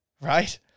right